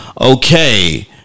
Okay